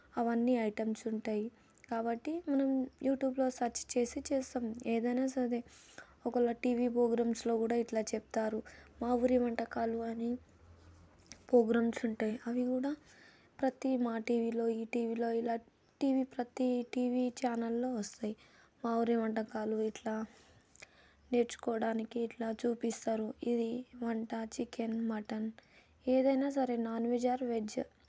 అవన్నీ ఐటమ్స్ ఉంటాయి కాబట్టి మనం యూట్యూబ్లో సర్చ్ చేసి చేస్తాం ఏదైనా సరే ఒక టీవీ ప్రోగ్రామ్స్లో కూడా ఇట్లా చెప్తారు మా ఊరి వంటకాలు అని పోగ్రామ్స్ ఉంటాయి అవి కూడా ప్రతి మాటీవీలో ఈటీవీలో ఇలా టీవీ ప్రతి టీవీ ఛానల్లో వస్తాయి మా ఊరి వంటకాలు ఇట్లా నేర్చుకోవడానికి ఇట్లా చూపిస్తారు ఇది వంట చికెన్ మటన్ ఏదైనా సరే నాన్ వెజ్ ఆర్ వెజ్